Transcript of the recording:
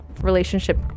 relationship